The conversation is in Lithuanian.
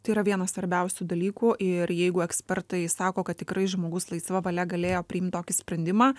tai yra vienas svarbiausių dalykų ir jeigu ekspertai sako kad tikrai žmogus laisva valia galėjo priimt tokį sprendimą